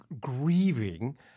grieving